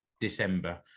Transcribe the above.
december